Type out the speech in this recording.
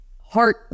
heart